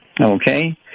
Okay